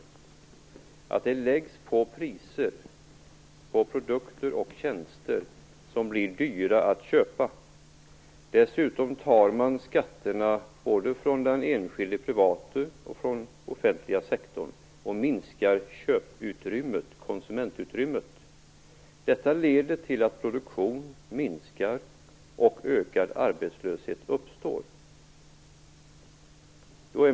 Förstår hon att det läggs på priser på produkter och tjänster, som blir dyra att köpa? Dessutom tar man skatterna både från den enskilda privata och från den offentliga sektorn och minskar köputrymmet, konsumtionsutrymmet. Detta leder till att produktionen minskar och ökad arbetslöshet uppstår.